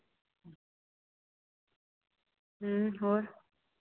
और